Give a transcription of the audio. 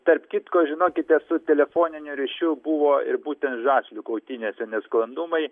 tarp kitko žinokite su telefoniniu ryšiu buvo ir būtent žaslių kautynėse njesklandumai